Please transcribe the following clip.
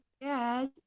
Yes